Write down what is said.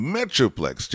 Metroplex